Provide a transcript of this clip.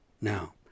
Now